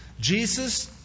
Jesus